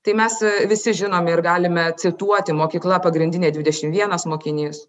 tai mes visi žinom ir galime cituoti mokykla pagrindinė dvidešim vienas mokinys